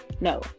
no